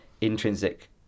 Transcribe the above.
intrinsic